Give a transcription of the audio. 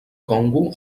congo